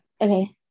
Okay